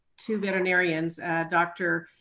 two veterinarians, dr.